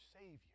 savior